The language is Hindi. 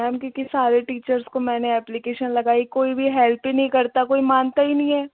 मैम क्योंकि सारे टीचर्स को मैंने ऐप्प्लिकेशन लगाई कोई भी हेल्प ही नहीं करता कोई मानता ही नहीं है